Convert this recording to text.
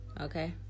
Okay